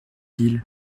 ils